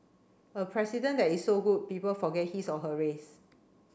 a president that is so good people forget his or her race